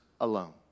alone